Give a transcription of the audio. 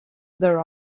their